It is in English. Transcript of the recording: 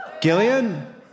Gillian